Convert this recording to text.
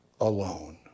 alone